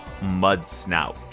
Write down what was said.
Mudsnout